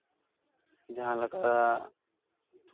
ᱡᱟᱦᱟᱸ ᱞᱮᱠᱟ